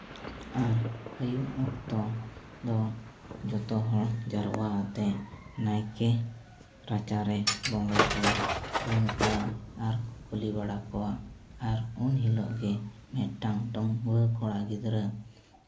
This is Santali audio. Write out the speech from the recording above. ᱟᱨ ᱟᱹᱭᱩᱵ ᱚᱠᱛᱚ ᱫᱚ ᱡᱚᱛᱚ ᱦᱚᱲ ᱡᱟᱨᱣᱟ ᱟᱛᱮ ᱱᱟᱭᱠᱮ ᱨᱟᱪᱟ ᱨᱮ ᱵᱚᱸᱜᱟ ᱠᱚ ᱨᱩᱢ ᱠᱚᱣᱟ ᱟᱨ ᱠᱚ ᱠᱩᱞᱤ ᱵᱟᱲᱟ ᱠᱚᱣᱟ ᱟᱨ ᱩᱱ ᱦᱤᱞᱳᱜ ᱜᱮ ᱢᱤᱫᱴᱟᱝ ᱰᱟᱹᱝᱣᱟᱹ ᱠᱚᱲᱟ ᱜᱤᱫᱽᱨᱟᱹ